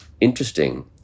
interesting